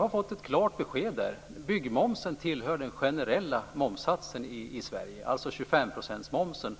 har fått ett klart besked i momsfrågan. Byggmomsen tillhör den generella momssatsen i Sverige, dvs. 25-procentsmomsen.